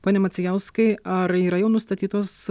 pone macijauskai ar yra jau nustatytos